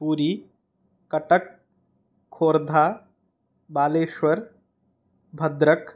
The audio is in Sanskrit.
पूरी कटक् खोर्धा बालेश्वर् भद्रक्